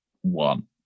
one